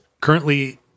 currently